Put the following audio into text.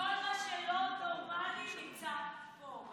כל מה שלא נורמלי נמצא פה.